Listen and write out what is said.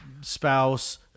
spouse